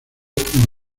como